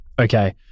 Okay